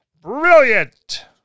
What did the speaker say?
Brilliant